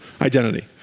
identity